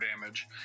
damage